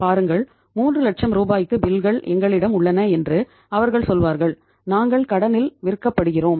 நாங்கள் கடனில் விற்கப்படுகிறோம்